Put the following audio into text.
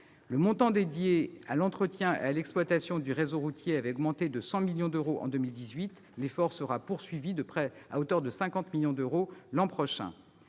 Le montant dédié à l'entretien et l'exploitation du réseau routier national avait augmenté de 100 millions d'euros en 2018. L'effort sera poursuivi à hauteur de 50 millions d'euros l'an prochain.